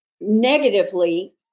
negatively